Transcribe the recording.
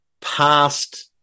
past